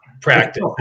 practice